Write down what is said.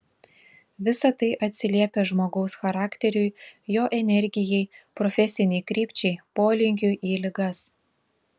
visa tai atsiliepia žmogaus charakteriui jo energijai profesinei krypčiai polinkiui į ligas